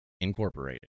Incorporated